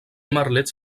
merlets